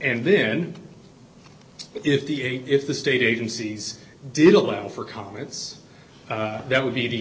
and then if the if the state agencies did allow for comments that would be the